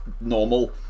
normal